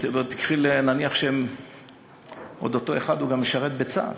ונניח שאותו אחד עוד משרת בצה"ל,